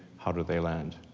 how do they land?